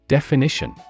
Definition